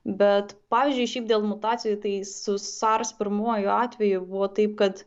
bet pavyzdžiui šiaip dėl mutacijų tai su sars pirmuoju atveju buvo taip kad